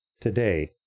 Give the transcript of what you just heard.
today